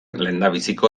lehendabiziko